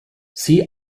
see